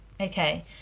Okay